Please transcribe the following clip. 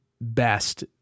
best